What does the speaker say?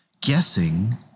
Guessing